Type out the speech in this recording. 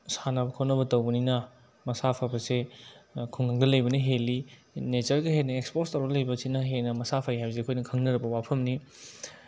ꯁꯥꯟꯅꯕ ꯈꯣꯠꯅꯕ ꯇꯧꯕꯅꯤꯅ ꯃꯁꯥ ꯐꯕꯁꯦ ꯈꯨꯡꯒꯪꯗ ꯂꯩꯕꯅ ꯍꯦꯜꯂꯤ ꯅꯦꯆꯔꯒ ꯍꯦꯟꯅ ꯑꯦꯛꯁꯄꯣꯖ ꯇꯧꯔꯒ ꯂꯩꯕ ꯑꯁꯤꯅ ꯍꯦꯟꯅ ꯃꯁꯥ ꯐꯩ ꯍꯥꯏꯕꯁꯦ ꯑꯩꯈꯣꯏꯅ ꯈꯪꯅꯔꯕ ꯋꯥꯐꯝꯅꯤ